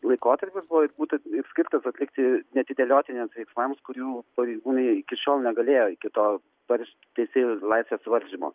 laikotarpis buvo būtent skirtas atlikti neatidėliotiniems veiksmams kurių pareigūnai iki šiol negalėjo iki to parš teisėjo laisvės suvaržymo